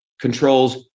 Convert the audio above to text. controls